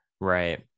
right